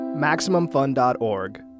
MaximumFun.org